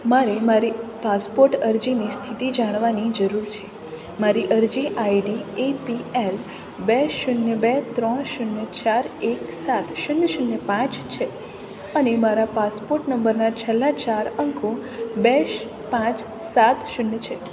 મારે મારી પાસપોટ અરજીની સ્થિતિ જાણવાની જરૂર છે મારી અરજી આઈડી એપીએલ બે શૂન્ય બે ત્રણ શૂન્ય ચાર એક સાત શૂન્ય શૂન્ય પાંચ છે અને મારા પાસપોટ નંબરના છેલ્લા ચાર અંકો બે પાંચ સાત શૂન્ય છે